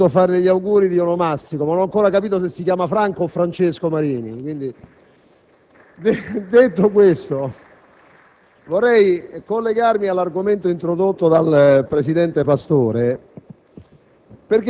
avrei voluto farle gli auguri di buon onomastico, ma non ho ancora capito se il suo nome è Franco o Francesco. Detto questo, vorrei collegarmi all'argomento introdotto dal presidente Pastore